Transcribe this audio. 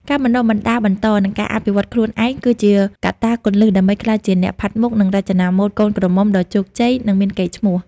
ការបណ្តុះបណ្តាលបន្ត និងការអភិវឌ្ឍន៍ខ្លួនឯងគឺជាកត្តាគន្លឹះដើម្បីក្លាយជាអ្នកផាត់មុខ និងរចនាម៉ូដកូនក្រមុំដ៏ជោគជ័យ និងមានកេរ្តិ៍ឈ្មោះ។